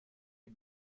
die